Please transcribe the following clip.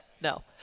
No